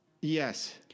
Yes